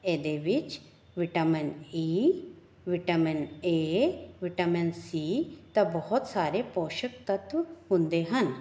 ਇਹਦੇ ਵਿੱਚ vitamin E vitamin A vitamin C ਤਾਂ ਬਹੁਤ ਸਾਰੇ ਪੋਸ਼ਕ ਤੱਤ ਹੁੰਦੇ ਹਨ